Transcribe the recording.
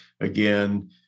again